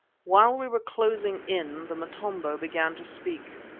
while we were closing in the motombo began to speak.